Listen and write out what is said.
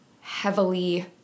heavily